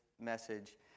message